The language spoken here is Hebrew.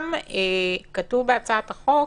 כתוב בהצעת החוק